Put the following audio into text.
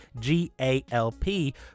GALP